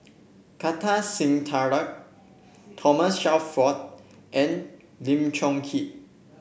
Kartar Singh Thakral Thomas Shelford and Lim Chong Keat